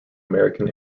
american